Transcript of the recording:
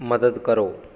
ਮਦਦ ਕਰੋ